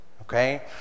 okay